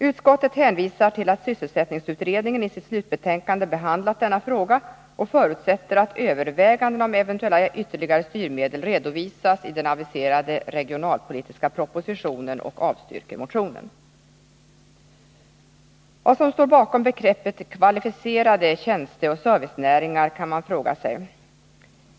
Utskottet hänvisar till att sysselsättningsutredningen i sitt slutbetänkande behandlat denna fråga och förutsätter att överväganden om eventuella ytterligare styrmedel redovisas i den aviserade regionalpolitiska propositio nen och avstyrker motionen. Vad som står bakom begreppet kvalificerade tjänsteoch servicenäringar kan man fråga sig.